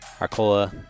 arcola